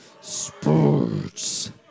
Sports